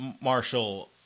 Marshall